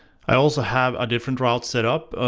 i also have different route setup.